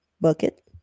bucket